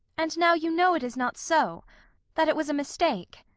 and now you know it is not so that it was a mistake!